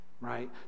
right